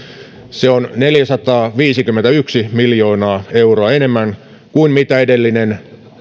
se on neljäsataaviisikymmentäyksi miljoonaa euroa enemmän kuin mitä edellinen